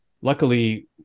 Luckily